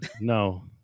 No